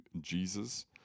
Jesus